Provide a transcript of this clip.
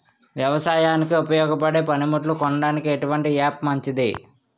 వ్యవసాయానికి ఉపయోగపడే పనిముట్లు కొనడానికి ఎటువంటి యాప్ మంచిది?